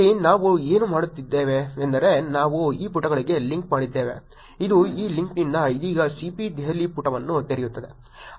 ಇಲ್ಲಿ ನಾವು ಏನು ಮಾಡಿದ್ದೇವೆ ಎಂದರೆ ನಾವು ಈ ಪುಟಗಳಿಗೆ ಲಿಂಕ್ ಮಾಡಿದ್ದೇವೆ ಇದು ಈ ಲಿಂಕ್ನಿಂದ ಇದೀಗ CP ದೆಹಲಿ ಪುಟವನ್ನು ತೆರೆಯುತ್ತದೆ